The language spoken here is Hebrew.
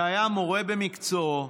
שהיה מורה במקצועו,